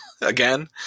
again